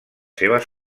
seves